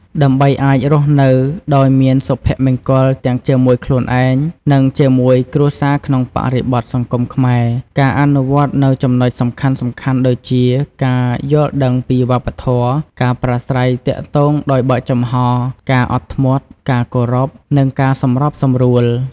ដើម្បីអាចរស់នៅដោយមាន សុភមង្គលទាំងជាមួយខ្លួនឯង និងជាមួយគ្រួសារក្នុងបរិបទសង្គមខ្មែរ ការអនុវត្តនូវចំណុចសំខាន់ៗដូចជា ការយល់ដឹងពីវប្បធម៌ ការប្រាស្រ័យទាក់ទងដោយបើកចំហរ ការអត់ធ្មត់ ការគោរព និងការសម្របសម្រួល។